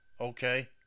okay